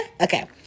okay